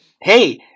Hey